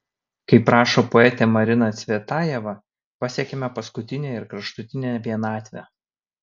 kaip rašo poetė marina cvetajeva pasiekiame paskutinę ir kraštutinę vienatvę